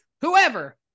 whoever